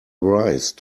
rise